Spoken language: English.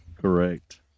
Correct